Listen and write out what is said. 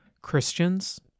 Christians